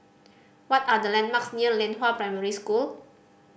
what are the landmarks near Lianhua Primary School